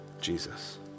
Jesus